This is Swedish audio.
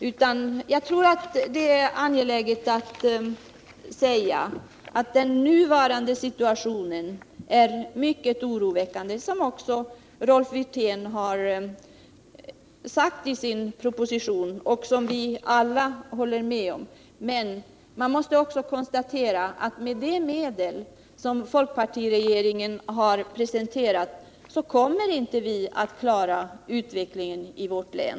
Den nuvarande situationen är emellertid mycket oroväckande. Det har också Rolf Wirtén sagt i sin proposition, och vi håller alla med om det. Jag måste dock konstatera att med de medel som folkpartiregeringen har presenterat kommer vi inte att klara utvecklingen i vårt län.